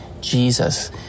Jesus